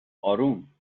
اروم